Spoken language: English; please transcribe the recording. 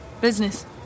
Business